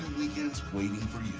weekends waiting for